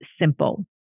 simple